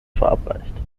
verabreicht